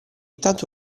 tanto